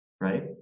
Right